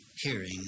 hearing